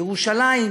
ירושלים,